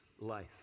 life